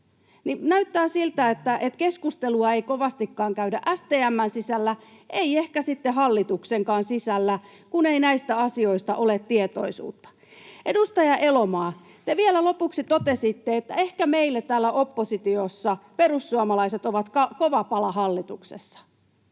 Näyttää siltä, että keskustelua ei kovastikaan käydä STM:n sisällä, ei ehkä sitten hallituksenkaan sisällä, kun ei näistä asioista ole tietoisuutta. Edustaja Elomaa, te vielä lopuksi totesitte, että ehkä meille täällä oppositiossa perussuomalaiset ovat kova pala hallituksessa.